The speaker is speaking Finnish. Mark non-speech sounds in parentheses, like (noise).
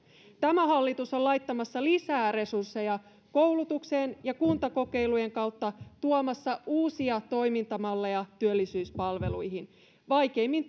tämä hallitus on laittamassa lisää resursseja koulutukseen ja kuntakokeilujen kautta tuomassa uusia toimintamalleja työllisyyspalveluihin vaikeimmin (unintelligible)